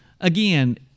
Again